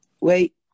Wait